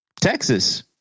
Texas